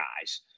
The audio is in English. guys